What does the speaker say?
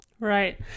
Right